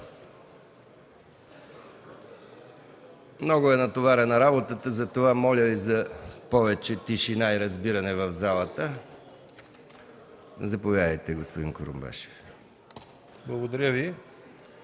Много е натоварена работата, затова Ви моля за повече тишина и разбиране в залата. Заповядайте, господин Курумбашев. ПЕТЪР